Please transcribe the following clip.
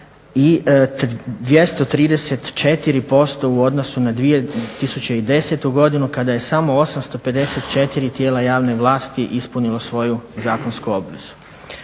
i 234% u odnosu na 2010. godinu kada je samo 854 tijela javne vlasti ispunilo svoju zakonsku obvezu.